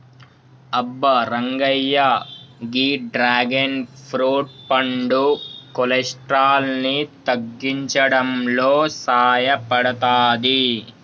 అబ్బ రంగయ్య గీ dragon fruit పండు కొలెస్ట్రాల్ ని తగ్గించడంలో సాయపడతాది